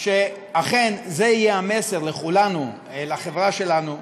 שאכן זה יהיה המסר לכולנו, לחברה שלנו.